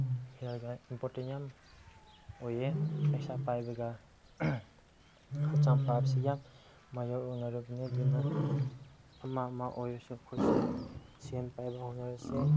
ꯍꯦꯜꯠꯒ important ꯌꯥꯝ ꯑꯣꯏꯌꯦ ꯄꯩꯁꯥ ꯄꯥꯏꯕꯒ ꯍꯛꯆꯥꯡ ꯐꯕꯁꯤ ꯌꯥꯝ ꯃꯥꯏꯌꯣꯛꯅꯔꯕꯅꯤ ꯑꯗꯨꯅ ꯑꯃ ꯑꯃ ꯑꯣꯏꯔꯁꯨ ꯑꯩꯈꯣꯏꯁꯨ ꯁꯦꯟ ꯄꯥꯏꯕ ꯍꯣꯠꯅꯔꯁꯦ